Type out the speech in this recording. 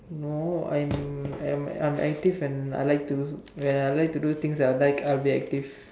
no I'm I'm I'm active and I like to when I like to do things that I like I'll be active